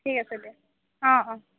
ঠিক আছে দিয়া অ অ